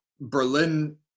Berlin